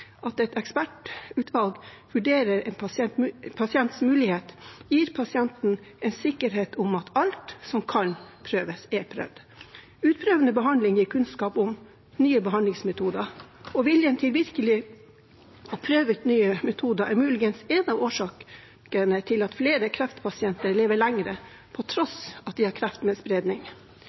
et ekspertutvalg vurderer en pasients mulighet, gir pasienten en sikkerhet for at alt som kan prøves, er prøvd. Utprøvende behandling gir kunnskap om nye behandlingsmetoder, og viljen til virkelig å prøve ut nye metoder er muligens én av årsakene til at flere kreftpasienter lever ved lengre på tross av at de har kreft med spredning.